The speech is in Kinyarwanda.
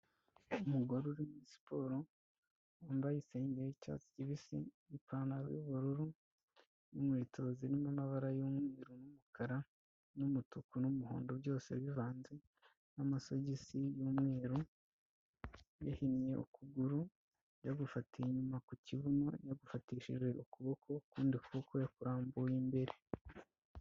Umugore uri siporo wambaye isengeri y'icyatsi kibisi, n'ipantaro yubururu, n'inkweto zirimo amabara y'umweru n'umukara, n'umutuku n'umuhondo byose bivanze, n'amasogisi y'umweru, yahinnye ukuguru yagufatiye inyuma ku kibuno, yagufatishije ukuboko, ukundi kuboko yakurambuye imbere.